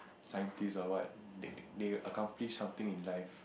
scientist or what they they accomplish something in life